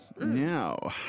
now